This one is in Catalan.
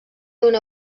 una